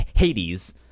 hades